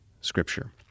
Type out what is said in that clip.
Scripture